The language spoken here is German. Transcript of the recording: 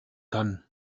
kann